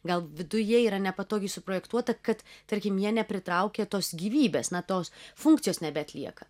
gal viduje yra nepatogiai suprojektuota kad tarkim jie nepritraukia tos gyvybės na tos funkcijos nebeatlieka